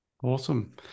Awesome